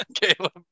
Caleb